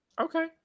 okay